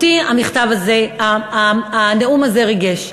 אותי המכתב הזה, הנאום הזה ריגש.